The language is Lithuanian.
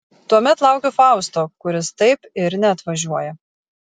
tuomet laukiu fausto kuris taip ir neatvažiuoja